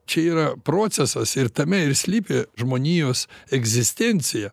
čia yra procesas ir tame ir slypi žmonijos egzistencija